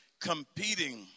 competing